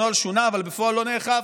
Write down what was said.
הנוהל שונה אבל בפועל לא נאכף,